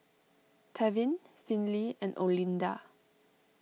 Tevin Finley and Olinda